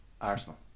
Arsenal